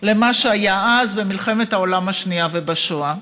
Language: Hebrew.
למה שהיה אז, במלחמת העולם השנייה ובשואה.